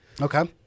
Okay